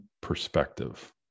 perspective